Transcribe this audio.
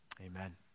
Amen